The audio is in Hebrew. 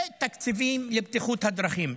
ותקציבים לבטיחות בדרכים.